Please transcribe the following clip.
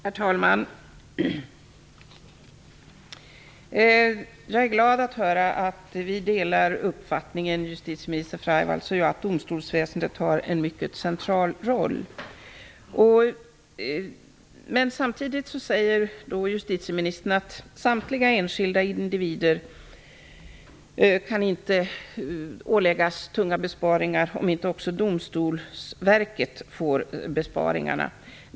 Herr talman! Jag är glad att höra att justitieminister Freivalds delar uppfattningen att domstolsväsendet har en mycket central roll. Men samtidigt säger justitieministern att samtliga enskilda individer inte kan åläggas tunga besparingar om inte också Domstolsverket får göra besparingar.